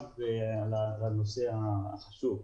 לנושא החשוב.